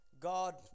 God